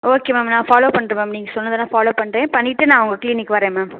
okay ma'am நான் follow பண்ணுறேன் ma'am நீங்கள் சொன்னதெல்லாம் ஃபாலோ பண்ணுறேன் பண்ணிட்டு நான் உங்கள் கிளினிக் வரேன் மேம் மேம்